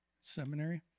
seminary